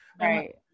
Right